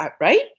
right